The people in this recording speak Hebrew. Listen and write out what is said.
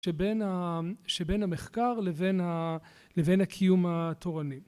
שבין המחקר לבין הקיום התורני